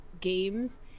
games